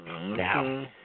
now